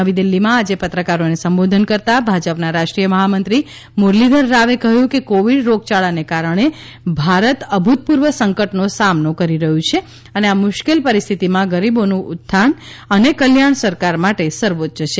નવી દિલ્હીમાં આજે પત્રકારોને સંબોધન કરતાં ભાજપના રાષ્ટ્રીય મહામંત્રી મુરલીધર રાવે કહ્યું કે કોવિડ રોગયાળાને કારણે ભારત અભૂતપૂર્વ સંકટનો સામનો કરી રહ્યું છે અને આ મુશ્કેલ પરિસ્થિતિમાં ગરીબોનું ઉત્થાન અને કલ્યાણ સરકાર માટે સર્વોચ્ય છે